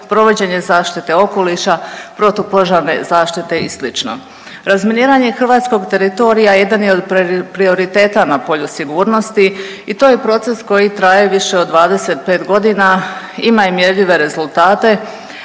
provođenje zaštite okoliša, protupožarne zaštite i slično. Razminiranje hrvatskog teritorija jedan je od prioriteta na polju sigurnosti i to je proces koji traje više od 25 godina. Ima i mjerljive rezultate